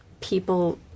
People